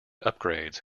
upgrades